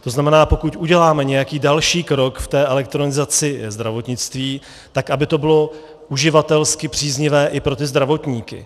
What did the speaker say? To znamená, pokud uděláme nějaký další krok v té elektronizaci zdravotnictví, tak aby to bylo uživatelsky příznivé i pro ty zdravotníky.